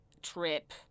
trip